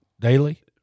daily